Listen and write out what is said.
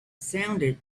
sounded